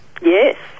Yes